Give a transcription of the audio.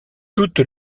toute